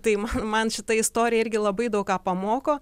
tai man man šita istorija irgi labai daug ką pamoko